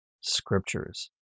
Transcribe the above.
scriptures